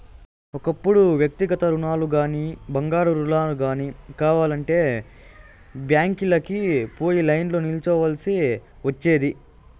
ఒకప్పుడు వ్యక్తిగత రుణాలుగానీ, బంగారు రుణాలు గానీ కావాలంటే బ్యాంకీలకి పోయి లైన్లో నిల్చోవల్సి ఒచ్చేది